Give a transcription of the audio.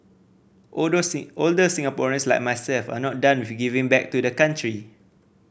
older older Singaporeans like myself are not done with giving back to the country